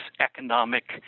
economic